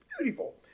beautiful